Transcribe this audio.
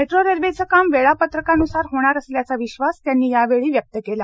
metro रेल्वेचं काम वेळापत्रकानुसार होणार असल्याचं विश्वास त्यांनी यावेळी व्यक्त केला